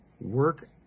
work